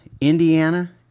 Indiana